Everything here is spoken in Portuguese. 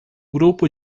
grupo